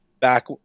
back